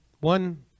one